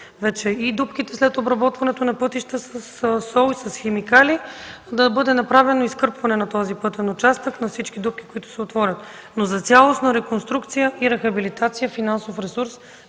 вече и дупките след обработването на пътищата със сол и с химикали, да бъде направено изкърпване на този пътен участък, на всички дупки, които се отворят, но за цялостна реконструкция и рехабилитация финансов ресурс